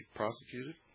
prosecuted